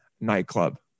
nightclub